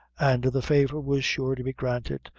and the favor was sure to be granted,